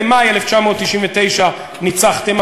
במאי 1999 ניצחתם,